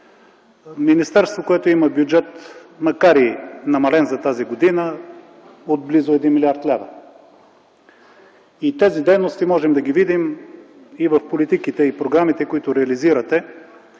министерство, което има бюджет, макар и намален за тази година, от близо 1 млрд. лв. Тези дейности можем да ги видим и в политиките и програмите, които реализирате